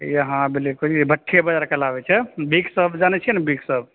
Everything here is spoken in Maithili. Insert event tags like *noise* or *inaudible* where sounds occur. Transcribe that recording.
यहाँ भेलै *unintelligible* भट्टे बजार कहाबै छै बिग शॉप जानै छियै ने बिग शॉप